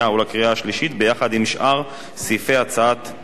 עם שאר סעיפי הצעת חוק המדיניות הכלכלית.